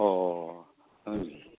অ'